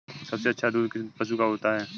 सबसे अच्छा दूध किस पशु का होता है?